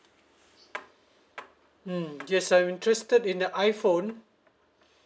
mm yes I'm interested in the iphone